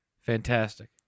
Fantastic